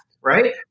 right